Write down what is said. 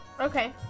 Okay